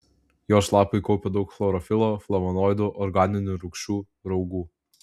jos lapai kaupia daug chlorofilo flavonoidų organinių rūgščių raugų